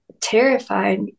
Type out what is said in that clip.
terrified